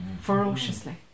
ferociously